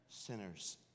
sinners